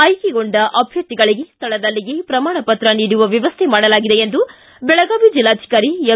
ಆಯ್ಕೆಗೊಂಡ ಅಭ್ದರ್ಥಿಗಳಿಗೆ ಸ್ಥಳದಲ್ಲಿಯೇ ಪ್ರಮಾಣಪತ್ರ ನೀಡುವ ವ್ಯವಸ್ಥೆ ಮಾಡಲಾಗಿದೆ ಎಂದು ಬೆಳಗಾವಿ ಜಿಲ್ಲಾಧಿಕಾರಿ ಎಂ